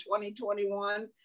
2021